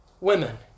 women